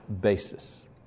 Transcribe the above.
basis